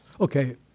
Okay